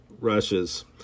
rushes